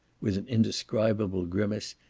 with an indescribable grimace,